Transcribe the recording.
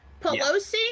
Pelosi